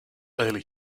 early